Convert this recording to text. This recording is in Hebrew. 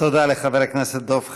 תודה לחבר הכנסת דב חנין.